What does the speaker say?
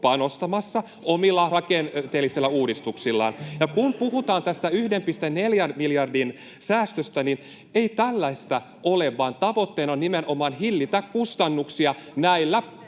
panostamassa omilla rakenteellisilla uudistuksillaan. Kun puhutaan tästä 1,4 miljardin säästöstä, niin ei tällaista ole, vaan tavoitteena on nimenomaan hillitä kustannuksia näillä